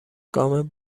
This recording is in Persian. گام